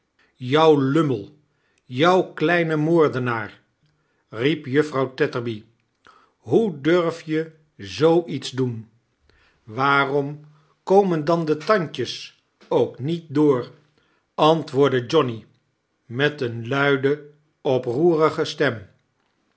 jou lurnmel jou klejne moordenaar riep juffrouw tetterby hoe durfde je zoo iets doen waarom komen dan de tandjes obk niet door i antwoordde johnny met eeine luide qproerige stem